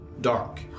dark